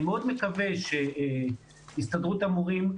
אני מאוד מקווה שהסתדרות המורים,